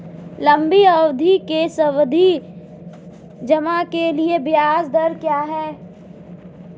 लंबी अवधि के सावधि जमा के लिए ब्याज दर क्या है?